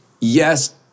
yes